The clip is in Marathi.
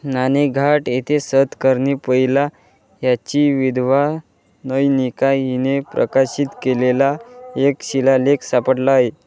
नाणेघाट येथे सतकर्णी पहिला याची विधवा नयनिका हिने प्रकाशित केलेला एक शिलालेख सापडला आहे